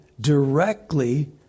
directly